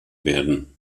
werden